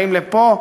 באים לפה,